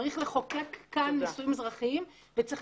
צריך לחוקק כאן נישואים אזרחיים וצריך